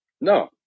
No